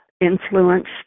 influenced